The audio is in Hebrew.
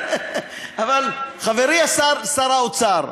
חברי שר האוצר,